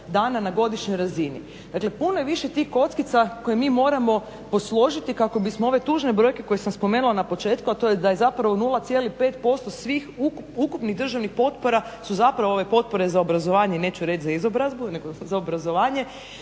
dana na godišnjoj razini. Dakle puno je više tih kockica koje mi moramo posložiti kako bismo ove tužne koje sam spomenula na početku, a to je da je 0,5% svih ukupnih državnih potpora su ove potpore za obrazovanje, neću reći za izobrazbu nego za obrazovanje